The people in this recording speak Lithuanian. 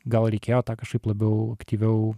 gal reikėjo tą kažkaip labiau aktyviau